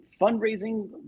fundraising